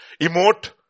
emote